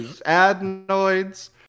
adenoids